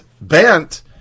bent